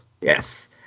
Yes